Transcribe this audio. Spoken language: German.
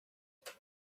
sehen